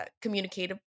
communicative